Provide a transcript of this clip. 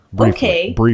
Okay